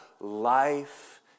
life